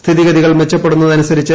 സ്ഥിതിഗതികൾ മെച്ചപ്പെടുന്നതിനനുസ്ത്രിച്ചു